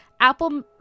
Apple